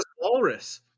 walrus